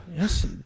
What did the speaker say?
Yes